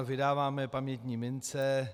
Vydáváme pamětní mince.